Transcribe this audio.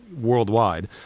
Worldwide